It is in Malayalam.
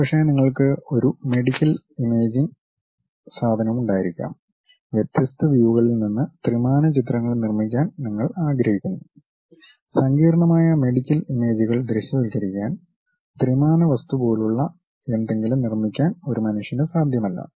ഒരുപക്ഷേ നിങ്ങൾക്ക് ഒരു മെഡിക്കൽ ഇമേജിംഗ് സാധനമുണ്ടായിരിക്കാം വ്യത്യസ്ത വ്യുകളിൽ നിന്ന് ത്രിമാന ചിത്രങ്ങൾ നിർമ്മിക്കാൻ നിങ്ങൾ ആഗ്രഹിക്കുന്നു സങ്കീർണ്ണമായ മെഡിക്കൽ ഇമേജുകൾ ദൃശ്യവൽക്കരിക്കാൻ ത്രിമാന വസ്തു പോലുള്ള എന്തെങ്കിലും നിർമ്മിക്കാൻ ഒരു മനുഷ്യന് സാധ്യമല്ല